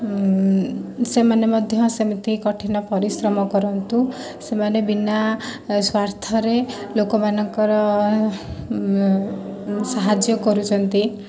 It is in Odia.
ସେମାନେ ମଧ୍ୟ ସେମିତି କଠିନ ପରିଶ୍ରମ କରନ୍ତୁ ସେମାନେ ବିନା ସ୍ୱାର୍ଥରେ ଲୋକମାନଙ୍କର ସାହାଯ୍ୟ କରୁଛନ୍ତି